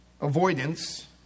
avoidance